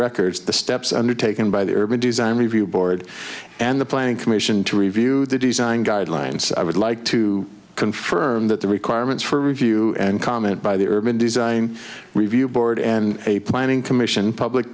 records the steps undertaken by the urban design review board and the planning commission to review the design guidelines i would like to confirm that the requirements for review and comment by the urban design review board and a planning commission public